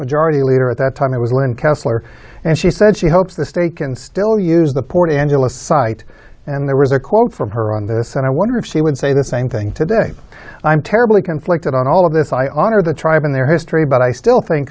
majority leader at that time i was going counselor and she said she hopes the state can still use the port angeles site and there was a quote from her on this and i wonder if she would say the same thing today i'm terribly conflicted on all of this i honor the tribe and their history but i still think